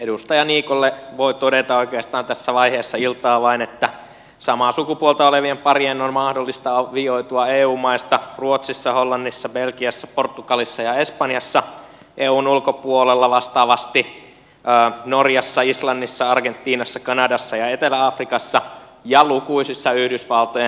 edustaja niikolle voi todeta oikeastaan tässä vaiheessa iltaa vain että samaa sukupuolta olevien parien on mahdollista avioitua eu maista ruotsissa hollannissa belgiassa portugalissa ja espanjassa eun ulkopuolella vastaavasti norjassa islannissa argentiinassa kanadassa ja etelä afrikassa ja lukuisissa yhdysvaltojen osavaltioissa